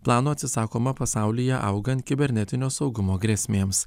plano atsisakoma pasaulyje augant kibernetinio saugumo grėsmėms